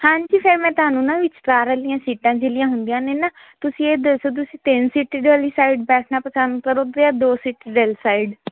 ਹਾਂਜੀ ਫਿਰ ਮੈਂ ਤੁਹਾਨੂੰ ਨਾ ਵਿਚਕਾਰ ਵਾਲੀਆਂ ਸੀਟਾਂ ਜਿਹਲੀਆਂ ਹੁੰਦੀਆਂ ਨੇ ਨਾ ਤੁਸੀਂ ਇਹ ਦੱਸੋ ਤੁਸੀਂ ਤਿੰਨ ਸੀਟਿਡ ਵਾਲੀ ਸਾਈਡ ਬੈਠਣਾ ਪਸੰਦ ਕਰੋਗੇ ਜਾਂ ਦੋ ਸਿਟਿਡ ਆਲੀ ਸਾਈਡ